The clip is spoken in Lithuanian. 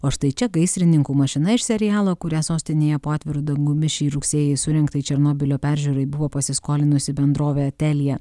o štai čia gaisrininkų mašina iš serialo kurią sostinėje po atviru dangumi šį rugsėjį surengtai černobylio peržiūrai buvo pasiskolinusi bendrovė telija